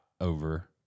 over